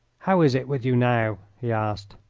how is it with you now? he asked.